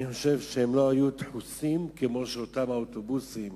אני חושב שהם לא דחוסים כמו אותם אוטובוסים